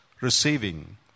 receiving